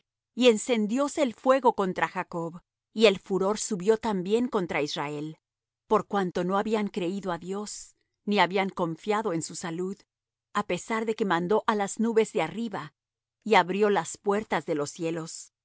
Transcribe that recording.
y encendióse el fuego contra jacob y el furor subió también contra israel por cuanto no habían creído á dios ni habían confiado en su salud a pesar de que mandó á las nubes de arriba y abrió las puertas de los cielos